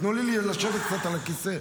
תנו לי קצת לשבת על הכיסא.